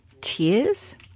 tears